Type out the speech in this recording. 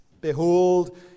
Behold